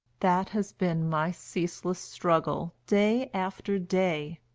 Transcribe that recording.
that has been my ceaseless struggle, day after day.